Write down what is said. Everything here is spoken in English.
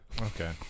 Okay